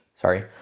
Sorry